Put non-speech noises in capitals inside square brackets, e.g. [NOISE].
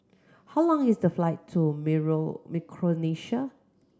how long is the flight to [UNINTELLIGIBLE] Micronesia